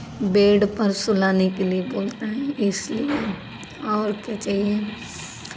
bed पर सुलाने के लिए बोलता है इसलिए और क्या चाहिए